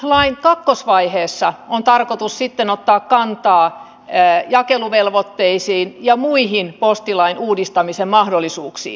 postilain kakkosvaiheessa on sitten tarkoitus ottaa kantaa jakeluvelvoitteisiin ja muihin postilain uudistamisen mahdollisuuksiin